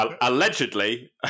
Allegedly